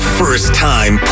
first-time